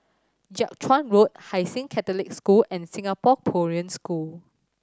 Jiak Chuan Road Hai Sing Catholic School and Singapore Korean School